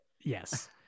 yes